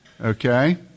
Okay